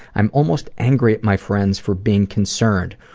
i'm almost angry at my friends for being concerned.